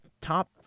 top